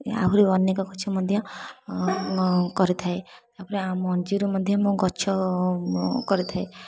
ଆହୁରି ଅନେକ ଗଛ ମଧ୍ୟ କରିଥାଏ ତା'ପରେ ମଞ୍ଜିରୁ ମଧ୍ୟ ମୁଁ ଗଛ କରିଥାଏ